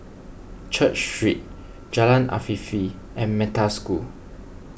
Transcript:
Church Street Jalan Afifi and Metta School